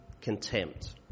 contempt